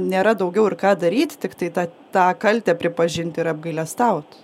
nėra daugiau ir ką daryt tiktai tą tą kaltę pripažint ir apgailestaut